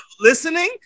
listening